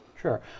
Sure